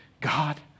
God